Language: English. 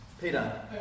Peter